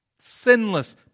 sinless